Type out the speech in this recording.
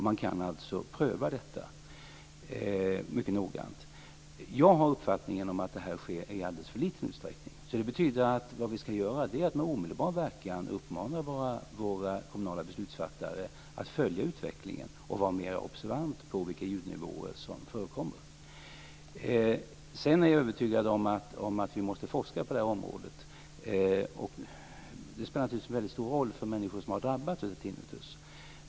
Man kan alltså pröva detta mycket noggrant. Jag har uppfattningen att det sker i alldeles för liten utsträckning. Det betyder att vi med omedelbar verkan ska uppmana våra kommunala beslutsfattare att följa utvecklingen och vara mer observanta på vilka ljudnivåer som förekommer. Jag är övertygad om att vi måste forska på området. Det spelar naturligtvis en stor roll för människor som har drabbats av tinnitus.